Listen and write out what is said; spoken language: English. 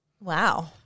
Wow